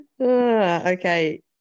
Okay